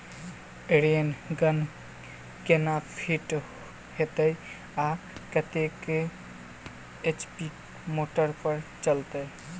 Rain gun केना fit हेतइ आ कतेक एच.पी मोटर पर चलतै?